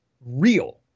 real